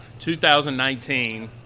2019